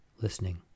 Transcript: listening